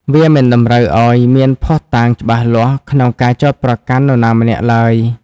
វាមិនតម្រូវឱ្យមានភស្តុតាងច្បាស់លាស់ក្នុងការចោទប្រកាន់នរណាម្នាក់ឡើយ។